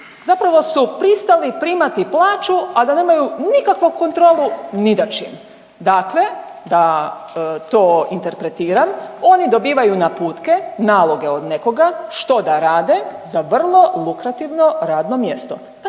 zapravo su pristali primati plaću, a da nemaju nikakvu kontrolu ni nad čim. Dakle, da to interpretiram oni dobivaju naputke, naloge od nekoga što da rade za vrlo lukrativno radno mjesto.